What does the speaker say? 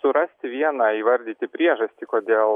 surasti vieną įvardyti priežastį kodėl